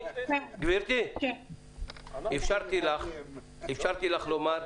אפשרתי לך לומר.